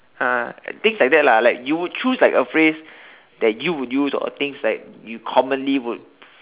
uh I think it's like that lah like you would chose like a phrase that you would use or things like you commonly would